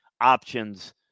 options